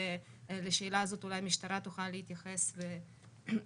ולשאלה הזאת אולי המשטרה תוכל להתייחס ולהסביר.